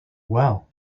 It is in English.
well